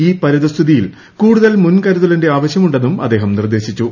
ഈ പരിതഃസ്ഥിതിയിൽ കൂടുതൽ മുൻകരുതലിന്റെ ആവശ്യമുണ്ടെന്നും അദ്ദേഹം നിർദേശിച്ചു